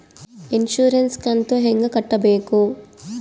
Insurance ಕಂತು ಹೆಂಗ ಕಟ್ಟಬೇಕು?